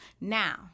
now